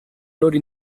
loro